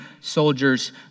soldiers